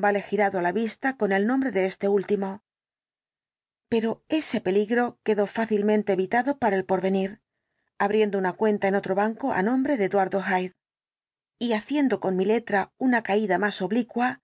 vale girado á la vista con el nombre de este último pero ese peligro quedó fácilmente evitado para el porvenir abriendo una cuenta en otro banco á nombre de eduardo hyde y haciendo mi letra con una caída más oblicua